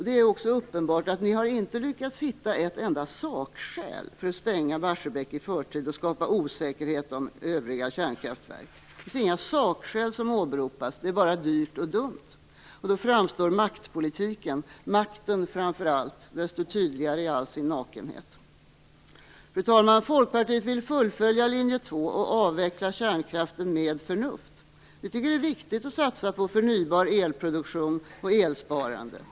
Det är uppenbart att ni inte har lyckats hitta ett enda sakskäl för att stänga Barsebäck i förtid och skapa osäkerhet om övriga kärnkraftverk. Inga sakskäl åberopas, utan detta är bara dyrt och dumt. Maktpolitiken - makten framför allt - framstår tydligare i all sin nakenhet. Fru talman! Vi i Folkpartiet vill fullfölja linje 2 och avveckla kärnkraften med förnuft. Vi tycker att det är viktigt att satsa på förnybar elproduktion och elsparande.